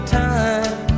time